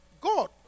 God